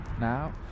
now